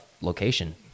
location